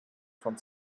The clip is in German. von